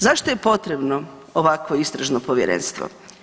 Zašto je potrebno ovakvo istražno povjerenstvo?